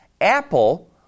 Apple